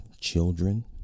children